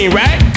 right